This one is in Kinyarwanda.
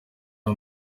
aba